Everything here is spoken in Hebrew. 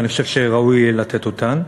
ואני חושב שראוי לתת אותן.